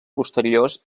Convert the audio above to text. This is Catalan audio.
posteriors